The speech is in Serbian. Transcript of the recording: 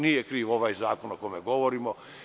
Nije kriv ovaj zakon o kome govorimo.